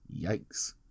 Yikes